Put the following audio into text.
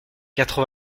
quatre